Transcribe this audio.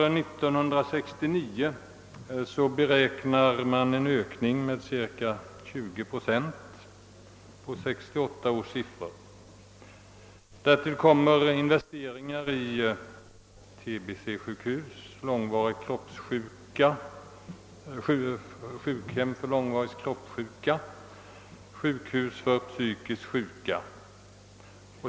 För år 1969 räknar man med en ökning med cirka 20 procent på 1968 års siffror, alltså en brant stigande kurva. Därtill kommer investeringar i tbe-sjukhus, sjukhem för långvarigt kroppssjuka och sjukhus för psykiskt sjuka.